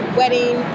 wedding